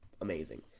amazing